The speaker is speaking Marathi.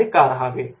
आणि का राहावे